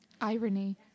Irony